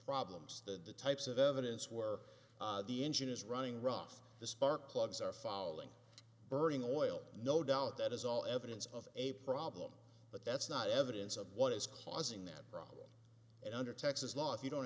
problems that the types of evidence where the engine is running rough the spark plugs are falling burning oil no doubt that is all evidence of a problem but that's not evidence of what is causing that problem and under texas law if you don't